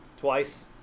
Twice